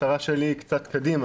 המטרה שלי היא קצת קדימה,